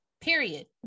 period